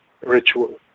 ritual